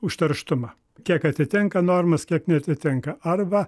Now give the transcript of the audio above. užterštumą kiek atitinka normas kiek neatitinka arba